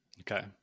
Okay